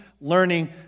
learning